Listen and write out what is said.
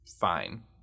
fine